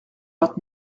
vingt